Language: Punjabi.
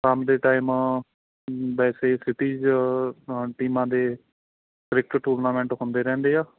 ਸ਼ਾਮ ਦੇ ਟਾਈਮ ਵੈਸੇ ਸਿਟੀਜ ਅ ਟੀਮਾਂ ਦੇ ਕ੍ਰਿਕੇਟ ਟੂਰਨਾਮੈਂਟ ਹੁੰਦੇ ਰਹਿੰਦੇ ਆ